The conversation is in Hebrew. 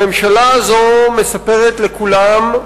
הממשלה הזאת מספרת לכולם,